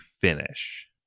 finish